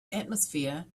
atmosphere